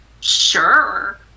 Sure